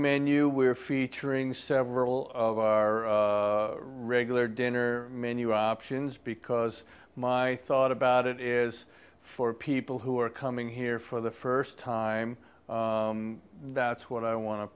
menu we're featuring several of our regular dinner menu options because my thought about it is for people who are coming here for the first time that's what i want to